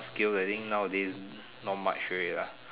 skills I think nowadays not much already lah